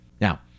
now